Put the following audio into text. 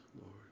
Lord